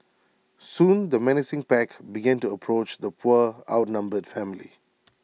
soon the menacing pack began to approach the poor outnumbered family